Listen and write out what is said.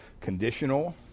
conditional